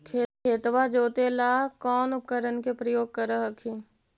खेतबा जोते ला कौन उपकरण के उपयोग कर हखिन?